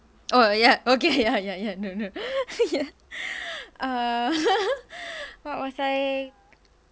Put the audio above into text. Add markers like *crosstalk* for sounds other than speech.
oh ya okay ya ya ya no no *laughs* err *laughs* what was I